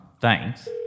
thanks